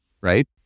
right